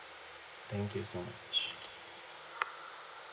thank you so much